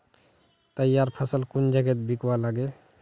तैयार फसल कुन जगहत बिकवा लगे?